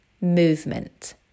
Movement